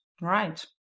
right